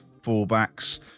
fullbacks